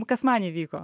kas man įvyko